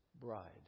bride